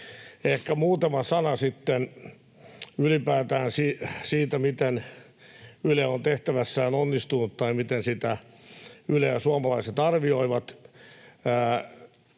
Ehkä muutama sana sitten ylipäätään siitä, miten Yle on tehtävässään onnistunut tai miten Yleä suomalaiset arvioivat: